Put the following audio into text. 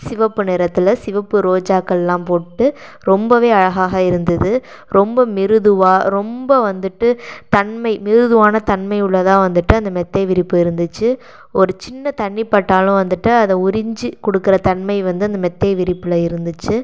சிவப்பு நிறத்தில் சிவப்பு ரோஜாக்களெலாம் போட்டு ரொம்பவே அழகாக இருந்தது ரொம்ப மிருதுவாக ரொம்ப வந்துட்டு தன்மை மிருதுவான தன்மை உள்ளதாக வந்துட்டு அந்த மெத்தை விரிப்பு இருந்துச்சு ஒரு சின்ன தண்ணி பட்டாலும் வந்துட்டு அதை உறிஞ்சு கொடுக்குற தன்மை வந்து அந்த மெத்தை விரிப்பில் இருந்துச்சு